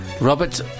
Robert